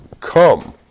come